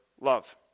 love